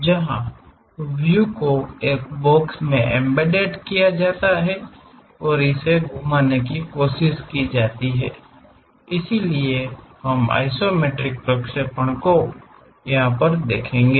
जहां व्यू को एक बॉक्स में एम्बेड किया जाता है और इसे घुमाने की कोशिश की जाती है इसलिए हम आइसोमेट्रिक प्रक्षेपणों को देखेंगे